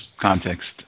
context